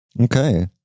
Okay